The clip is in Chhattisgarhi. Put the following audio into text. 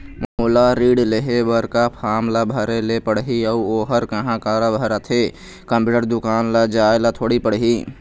मोला ऋण लेहे बर का फार्म ला भरे ले पड़ही अऊ ओहर कहा करा भराथे, कंप्यूटर दुकान मा जाए ला थोड़ी पड़ही?